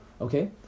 Okay